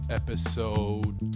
episode